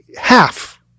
half